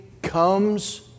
comes